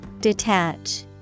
Detach